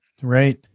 Right